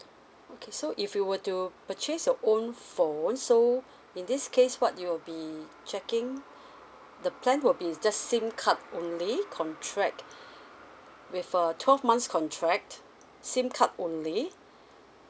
okay so if you were to purchase your own phone so in this case what you'll be checking the plan will be just SIM card only contract with err twelve months contract SIM card only